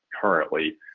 currently